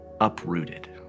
uprooted